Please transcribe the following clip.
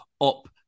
UP